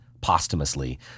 posthumously